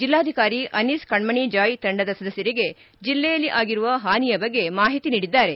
ಜಿಲ್ಲಾಧಿಕಾರಿ ಅನೀಸ್ ಕಣ್ಣಣಿ ಜಾಯ್ ತಂಡದ ಸದಸ್ಟರಿಗೆ ಜಿಲ್ಲೆಯಲ್ಲಿ ಆಗಿರುವ ಹಾನಿಯ ಬಗ್ಗೆ ಮಾಹಿತಿ ನೀಡಿದ್ದಾರೆ